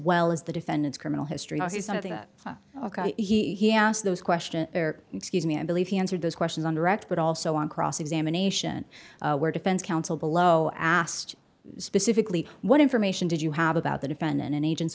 well as the defendant's criminal history something that he asked those questions or excuse me i believe he answered those questions on direct but also on cross examination where defense counsel below asked specifically what information did you have about the defendant in agent